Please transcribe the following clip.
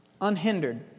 Unhindered